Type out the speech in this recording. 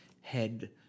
head